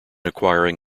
acquiring